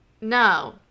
No